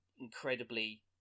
incredibly